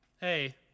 hey